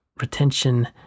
retention